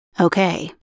Okay